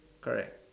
correct